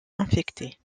infectés